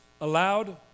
allowed